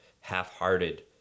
half-hearted